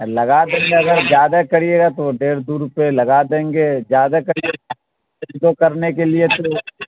لگا دیں گے اگر زیادہ کریے گا تو ڈیڑھ دو روپے لگا دیں گے زیادہ کریے ایک دو کرنے کے لیے تو